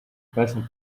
person